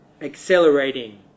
accelerating